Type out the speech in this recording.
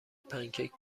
پنکیک